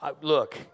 look